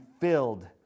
filled